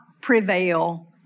prevail